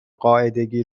قاعدگی